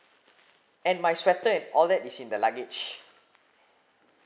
and my sweater and all that is in the luggage